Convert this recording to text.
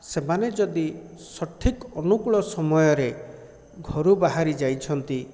ସେମାନେ ଯଦି ସଠିକ୍ ଅନୁକୂଳ ସମୟରେ ଘରୁ ବାହାରିଯାଇଛନ୍ତି